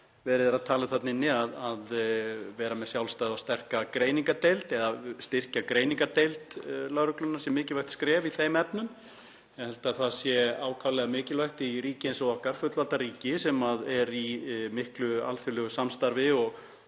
verið er að tala um, að vera með sjálfstæða og sterka greiningardeild og að styrkja greiningardeild lögreglunnar, sé mikilvægt skref í þeim efnum. Ég held að það sé ákaflega mikilvægt í ríki eins og okkar, fullvalda ríki sem er í miklu alþjóðlegu samstarfi og